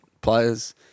players